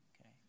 Okay